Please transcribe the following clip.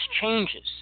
changes